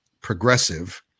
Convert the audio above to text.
progressive